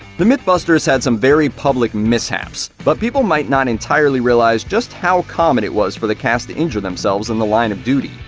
the mythbusters had some very public mishaps, but people might not entirely realize just how common it was for the cast to injure themselves in the line of duty.